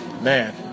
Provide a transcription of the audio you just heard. man